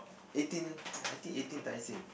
eighteen I think eighteen Tai Seng